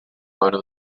mona